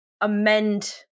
amend